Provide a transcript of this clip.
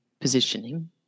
positioning